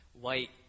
white